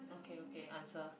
okay okay answer